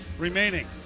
remaining